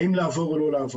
האם לעבור או לא לעבור.